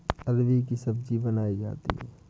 अरबी की सब्जी बनायीं जाती है